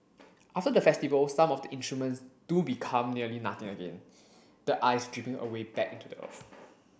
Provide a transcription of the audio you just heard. after the festival some of the instruments do become nearly nothing again the ice dripping away back into the earth